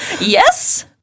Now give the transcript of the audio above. yes